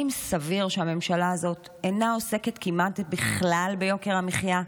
האם סביר שהממשלה הזאת אינה עוסקת כמעט בכלל ביוקר המחיה?